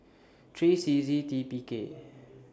three C Z T P K